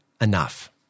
enough